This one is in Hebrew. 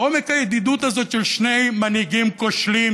עומק הידידות הזאת של שני מנהיגים כושלים,